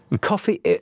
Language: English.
Coffee